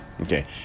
Okay